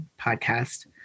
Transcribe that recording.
podcast